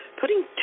putting